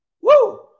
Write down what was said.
Woo